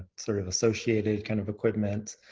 sort of associated kind of equipment.